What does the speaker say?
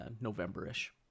November-ish